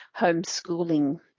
homeschooling